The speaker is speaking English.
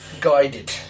guided